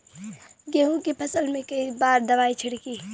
गेहूँ के फसल मे कई बार दवाई छिड़की?